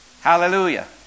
Hallelujah